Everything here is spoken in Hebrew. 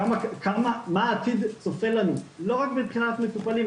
כמה ומה העתיד צופה לנו וזה לא רק מבחינת מטופלים,